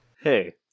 Hey